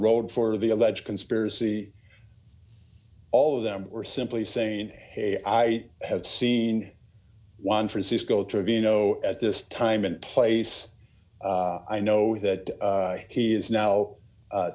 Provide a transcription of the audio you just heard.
road for the alleged conspiracy all of them were simply saying hey i have seen one francisco trevino at this time and place i know that he is now